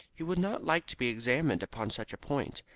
he would not like to be examined upon such a point.